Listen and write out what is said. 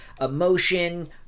emotion